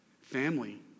Family